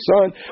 son